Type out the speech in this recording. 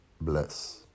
Bless